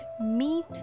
meat